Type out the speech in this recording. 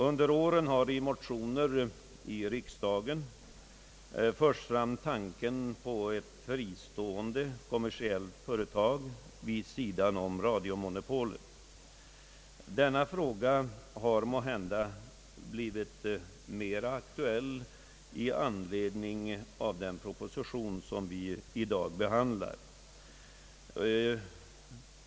Under året har i motioner i riksdagen framförts tanken på ett fristående kommersiellt företag vid sidan av radiomonopolet. Denna fråga har måhända blivit mera aktuell i anledning av den proposition som vi i dag behandlar.